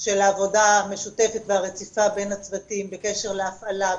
של העבודה המשותפת והרציפה בין הצוותים בקשר להפעלה,